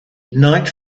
night